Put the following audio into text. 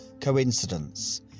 coincidence